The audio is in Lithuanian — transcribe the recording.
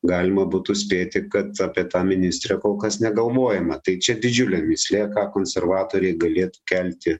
galima būtų spėti kad apie tą ministrę kol kas negalvojama tai čia didžiulė mįslė ką konservatoriai galėtų kelti